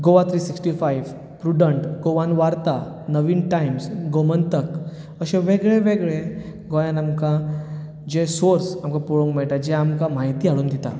Goa three sixty five Prudent Goan Varta Navhind Times Gomantak अशे वेगळेवेगळे गोंयांत आमकां जे सोर्स जे आमकां पळोवंक मेळटात जे आमकां म्हायती हाडून दितात